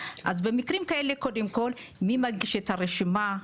אז במקרים כאלה, קודם כל, מי מגיש את הרשימה?